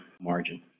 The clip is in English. margin